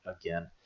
again